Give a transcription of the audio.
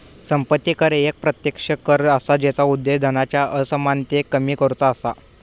संपत्ती कर एक प्रत्यक्ष कर असा जेचा उद्देश धनाच्या असमानतेक कमी करुचा असा